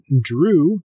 Drew